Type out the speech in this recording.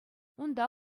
унта